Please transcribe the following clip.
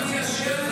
קשור לשר,